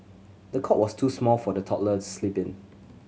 the cot was too small for the toddler sleep in